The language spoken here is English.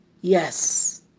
yes